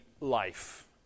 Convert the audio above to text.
life